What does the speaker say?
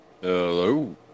Hello